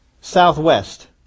southwest